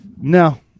No